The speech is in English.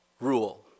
rule